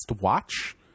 Watch